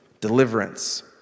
deliverance